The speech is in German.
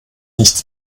nichts